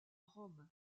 rome